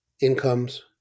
incomes